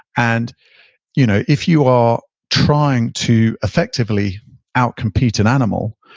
and you know if you are trying to effectively out-compete an animal,